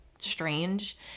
strange